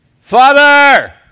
Father